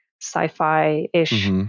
sci-fi-ish